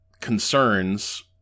concerns